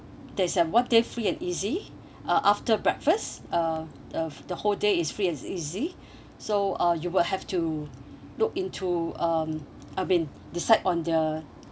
there is uh one day free and easy uh after breakfast uh uh the whole day is free and easy so uh you will have to look into um I mean decide on the